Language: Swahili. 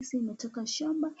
Hizi imetoka shamba.